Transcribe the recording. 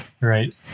right